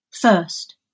first